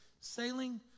sailing